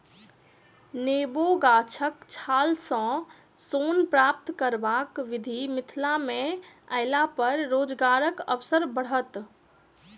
नेबो गाछक छाल सॅ सोन प्राप्त करबाक विधि मिथिला मे अयलापर रोजगारक अवसर बढ़त